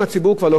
זה המסר,